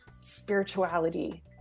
spirituality